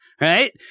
right